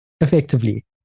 effectively